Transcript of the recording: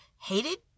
hated